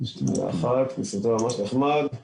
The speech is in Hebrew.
זה בהחלט זכה להרבה הצלחה שם,